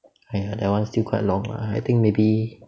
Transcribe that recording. !aiya! that [one] still quite long lah I think maybe